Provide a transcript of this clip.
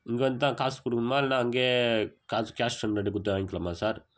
இங்கே வந்து தான் காசு கொடுக்குணுமா இல்லை அங்கேயே காசு கேஷ் ஹண்ட்ரெடு கொடுத்தே வாங்கிலாம்மா சார்